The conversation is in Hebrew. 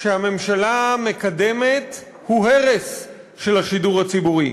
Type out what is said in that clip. שהממשלה מקדמת הוא הרס של השידור הציבורי.